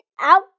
out